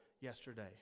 yesterday